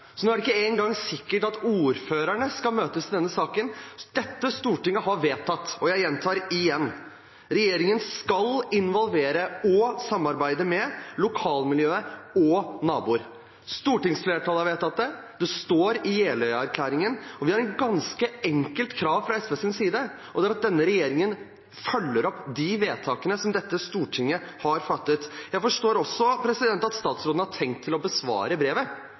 Så nå er det ikke engang sikkert at ordførerne skal møtes i denne saken. Dette stortinget har vedtatt – og jeg gjentar: Regjeringen skal involvere og samarbeide med lokalmiljøet og naboer. Stortingsflertallet har vedtatt det, og det står i Jeløya-erklæringen. Vi har et ganske enkelt krav fra SVs side. Det er at denne regjeringen følger opp de vedtakene som dette stortinget har fattet. Jeg forstår at statsråden har tenkt å besvare brevet,